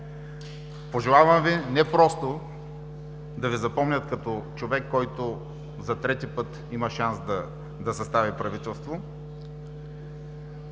Пожелавам Ви не просто да Ви запомнят като човек, който за трети път има шанс да състави правителство,